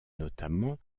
notamment